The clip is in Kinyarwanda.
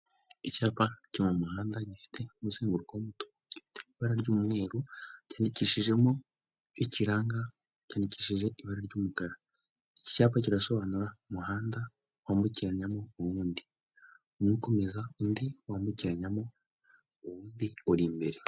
Icyapa cyo mu muhanda gifite umuzenguruko wumutuku gifite ibara ry'umweru cyanyandikishijemo ikiranga kibara ry'umukara icyapa gisobanura umuhanda wambukiranyamo undi ,umwe ukomeza undi wambukiranyamo uwundi uri imbere .